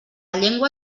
llengua